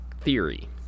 theory